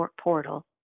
portal